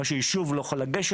בשעה שיישוב לא יכול לגשת,